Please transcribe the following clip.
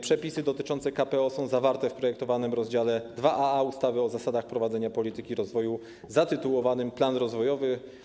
Przepisy dotyczące KPO są zawarte w projektowanym rozdziale 2aa ustawy o zasadach prowadzenia polityki rozwoju zatytułowanym ˝Plan rozwojowy˝